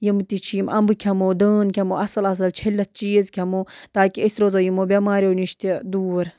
یِم تہِ چھِ یِم اَمبہٕ کھیٚمو دٲن کھٮ۪مو اَصٕل اَصٕل چھٔلِتھ چیٖز کھٮ۪مو تاکہِ أسۍ روزو یِمو بٮ۪ماریو نِش تہِ دوٗر